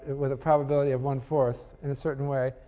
with a probability of one-fourth, in a certain way,